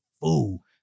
fool